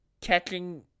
catching